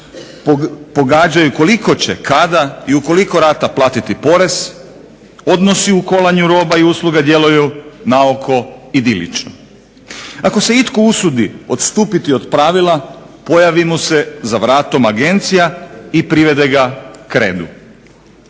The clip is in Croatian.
pogađaju koliko će, kada i u koliko rata platiti porez odnosi u kolanju roba i usluga djeluju naoko idilično. Ako se itko usudi odstupiti od pravila pojavi mu se za vratom agencija i privede ga k redu.